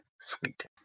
sweet